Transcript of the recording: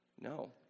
No